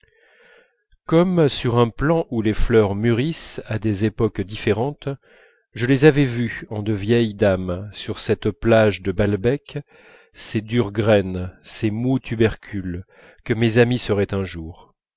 comme sur un plant où les fleurs mûrissent à des époques différentes je les avais vues en de vieilles dames sur cette plage de balbec ces dures graines ces mous tubercules que mes amies seraient un jour